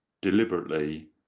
deliberately